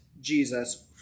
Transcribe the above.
Jesus